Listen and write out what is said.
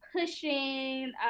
pushing